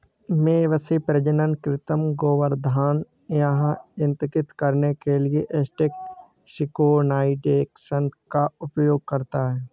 मवेशी प्रजनन कृत्रिम गर्भाधान यह इंगित करने के लिए एस्ट्रस सिंक्रोनाइज़ेशन का उपयोग करता है